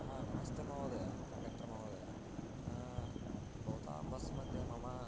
हा नमस्ते महोदय कण्डक्टर् महोदय भवतां बस्मध्ये मम